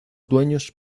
dueños